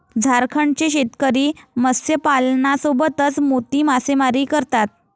झारखंडचे शेतकरी मत्स्यपालनासोबतच मोती मासेमारी करतात